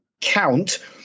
count